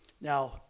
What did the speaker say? now